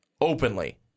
openly